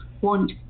want